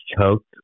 choked